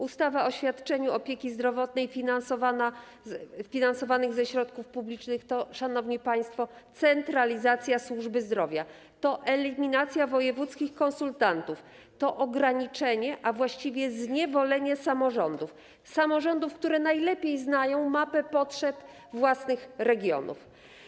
Ustawa o świadczeniach opieki zdrowotnej finansowanych ze środków publicznych to, szanowni państwo, centralizacja służby zdrowia, to eliminacja wojewódzkich konsultantów, to ograniczenie, a właściwie zniewolenie samorządów, które najlepiej znają mapę potrzeb własnych regionów.